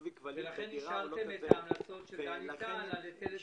ולכן אישרתם את ההמלצות של דני טל על היטל היצף.